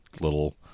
little